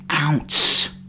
ounce